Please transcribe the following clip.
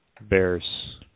Bears